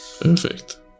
perfect